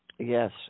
Yes